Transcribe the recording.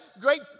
great